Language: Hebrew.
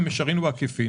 במישרין או בעקיפין,